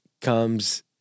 comes